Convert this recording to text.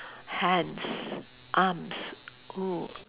hands arms oo